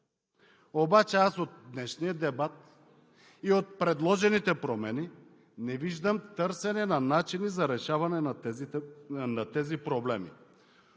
обаче от днешния дебат и от предложените промени не виждам търсене на начини за решаване на тези проблеми.